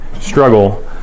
struggle